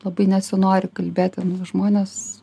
labai nesinori kalbėti nu va žmonės